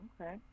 Okay